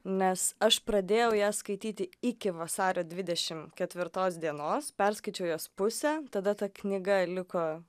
nes aš pradėjau ją skaityti iki vasario dvidešim ketvirtos dienos perskaičiau jos pusę tada ta knyga liko